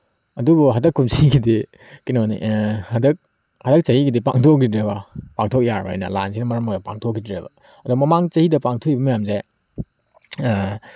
ꯑꯗꯨꯕꯨ ꯍꯟꯗꯛ ꯀꯨꯝꯁꯤꯒꯤꯗꯤ ꯀꯩꯅꯣꯅꯦ ꯍꯟꯗꯛ ꯍꯟꯗꯛ ꯆꯍꯤꯒꯤꯗꯤ ꯄꯥꯡꯊꯣꯛꯈꯤꯗ꯭ꯔꯦꯀꯣ ꯄꯥꯡꯊꯣꯛ ꯌꯥꯔꯣꯏꯅ ꯂꯥꯟꯁꯤꯅ ꯃꯔꯝ ꯑꯣꯏꯔꯒ ꯄꯥꯡꯊꯣꯛꯈꯤꯗ꯭ꯔꯦꯕ ꯑꯗ ꯃꯃꯥꯡ ꯆꯍꯤꯗ ꯄꯥꯡꯊꯣꯛꯏꯕ ꯃꯌꯥꯝꯁꯦ